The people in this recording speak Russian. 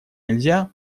нельзя